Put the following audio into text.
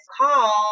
call